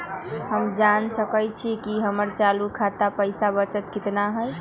हम जान सकई छी कि हमर चालू खाता में पइसा बचल कितना हई